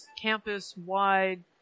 campus-wide